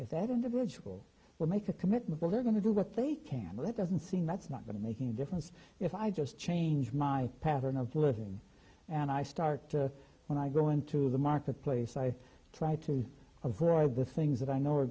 is that individual will make a commitment we're going to do what they can but it doesn't seem that's not going to make any difference if i just change my pattern of living and i start to when i go into the marketplace i try to avoid the things that i know are